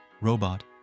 Robot